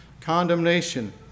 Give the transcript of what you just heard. Condemnation